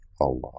Allah